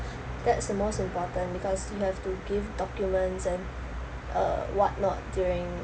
that's the most important because you have to give documents then uh what not during